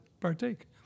partake